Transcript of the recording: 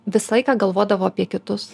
visą laiką galvodavo apie kitus